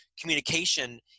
communication